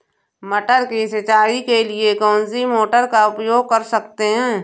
मटर की सिंचाई के लिए कौन सी मोटर का उपयोग कर सकते हैं?